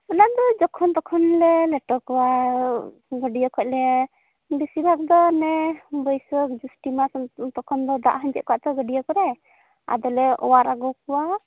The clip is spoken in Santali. ᱚᱱᱟᱫᱚ ᱡᱚᱠᱷᱚᱱ ᱛᱚᱠᱷᱚᱱᱞᱮ ᱞᱮᱴᱚ ᱠᱚᱣᱟ ᱜᱟᱹᱰᱭᱟᱹ ᱠᱷᱚᱱᱞᱮ ᱵᱤᱥᱤᱨ ᱵᱷᱟᱜ ᱫᱚ ᱚᱱᱮ ᱵᱟᱹᱥᱟᱹᱠᱷ ᱡᱚᱥᱴᱤ ᱢᱟᱥ ᱛᱚᱠᱷᱚᱱ ᱫᱚ ᱫᱟᱜ ᱟᱸᱡᱮᱫ ᱠᱚᱜᱼᱟ ᱜᱟᱹᱰᱭᱟ ᱠᱚᱨᱮ ᱟᱫᱚᱞᱮ ᱚᱣᱟᱨ ᱟᱹᱜᱩ ᱠᱚᱣᱟ